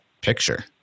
picture